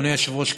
אדוני היושב-ראש,